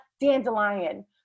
dandelion